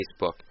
Facebook